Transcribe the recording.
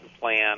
plan